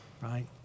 right